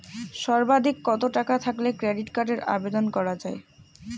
সর্বাধিক কত টাকা থাকলে ক্রেডিট কার্ডের আবেদন করা য়ায়?